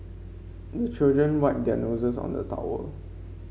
the children wipe their noses on the towel